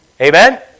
Amen